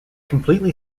completely